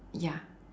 ya